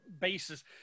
basis